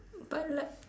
but like